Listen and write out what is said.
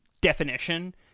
definition